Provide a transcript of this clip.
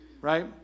Right